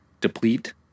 deplete